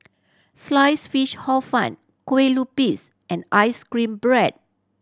slice fish Hor Fun Kueh Lupis and ice cream bread